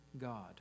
God